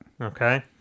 Okay